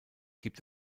gibt